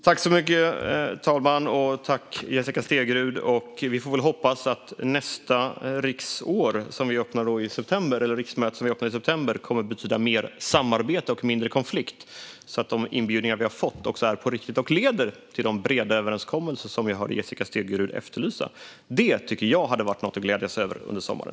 Fru talman! Jag tackar Jessica Stegrud för detta. Vi får väl hoppas att nästa riksmöte, som öppnar i september, kommer att innebära mer samarbete och mindre konflikt och att de inbjudningar vi har fått är på riktigt och leder till de breda överenskommelser som vi hörde Jessica Stegrud efterlysa. Det tycker jag hade varit något att glädjas åt under sommaren.